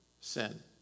sin